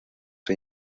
hay